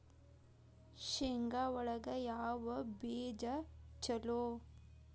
ಶೇಂಗಾ ಒಳಗ ಯಾವ ಬೇಜ ಛಲೋ?